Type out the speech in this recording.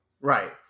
Right